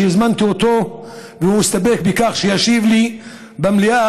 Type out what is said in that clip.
שהזמנתי אותו והוא הסתפק בכך שישיב לי במליאה,